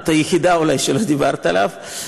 את אולי היחידה שלא דיברת עליו.